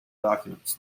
documents